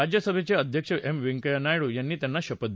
राज्यसभेचे अध्यक्ष एम व्यंकय्या नायडू यांनी त्यांना शपथ दिली